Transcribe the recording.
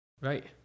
right